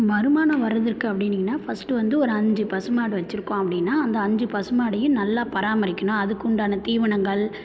வருமானம் வருதற்கு அப்படின்னிங்கனா ஃபஸ்ட்டு வந்து ஒரு அஞ்சு பசுமாடு வச்சுருக்கோம் அப்படினா அந்த அஞ்சு பசுமாட்டையும் நல்லா பராமரிக்கணும் அதுக்குண்டான தீவனங்கள்